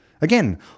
Again